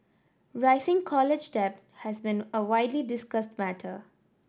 rising college debt has been a widely discussed matter